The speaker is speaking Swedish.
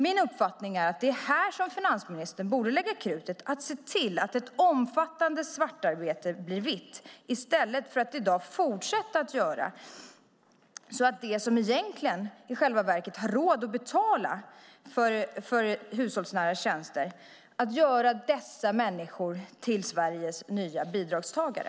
Min uppfattning är att det är här som finansministern borde lägga krutet och se till att ett omfattande svartarbete blir vitt i stället för att som i dag fortsätta att göra så att de som egentligen har råd att betala för hushållsnära tjänster blir Sveriges nya bidragstagare.